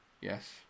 yes